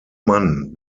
mann